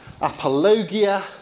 apologia